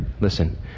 listen